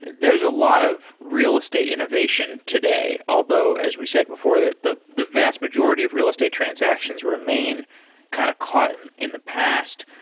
there's a lot of real estate innovation today. although, as we said before, the the vast majority of real estate transactions remain kind of caught and in the past,